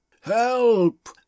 help